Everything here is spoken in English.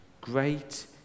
Great